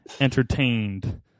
entertained